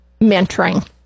mentoring